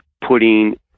putting